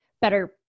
better